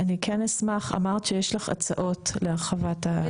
אשמח, אמרת שיש לך הצעות להרחבת ההשקעה.